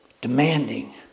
demanding